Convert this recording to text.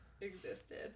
existed